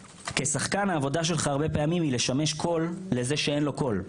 כשחקן העבודה שלך הרבה פעמים היא לשמש קול לזה שאין לו קול,